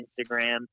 Instagram